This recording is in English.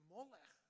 Molech